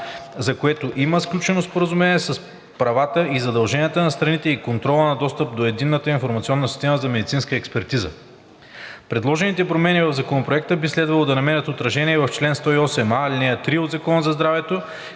за което има сключено споразумение с правата и задълженията на страните и контрола на достъп до Единната информационна система за медицинска експертиза. Предложените промени в Законопроекта би следвало да намерят отражение и в чл. 108а, ал. 3 от Закона за здравето,